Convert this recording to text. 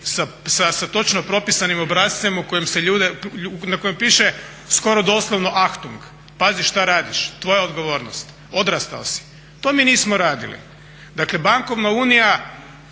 sa točno propisanim obrascem u kojem se ljude, na kojem piše skoro doslovno achtung, pazi šta radiš, tvoja odgovornost, odrastao si. To mi nismo radili. Dakle bankovna unija